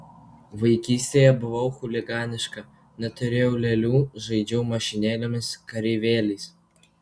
vaikystėje buvau chuliganiška neturėjau lėlių žaidžiau mašinėlėmis kareivėliais